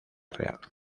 real